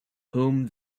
whom